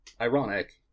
ironic